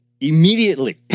immediately